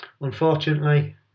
unfortunately